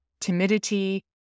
timidity